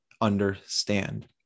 understand